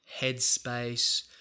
headspace